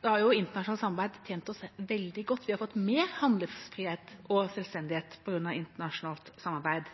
har internasjonalt samarbeid tjent oss veldig godt. Vi har fått mer handlefrihet og selvstendighet på grunn av internasjonalt samarbeid.